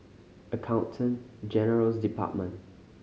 Accountant General's Department